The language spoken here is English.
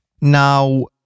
Now